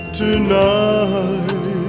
tonight